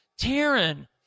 Taryn